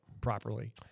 properly